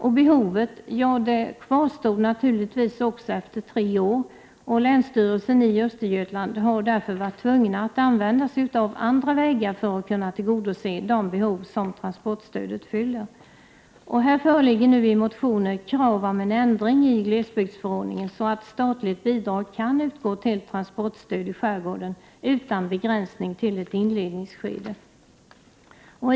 Men behovet kvarstod naturligtvis också efter de tre inledande åren, och länsstyrelsen i Östergötland har därför varit tvungen att använda andra vägar för att kunna tillgodose de behov som transportstödet fyller. Här föreligger nu i motioner krav på en ändring av glesbygdsförordningen så att statligt bidrag kan utgå till transportstöd i skärgården utan begränsning till ett inledningsskede.